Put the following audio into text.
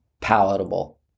palatable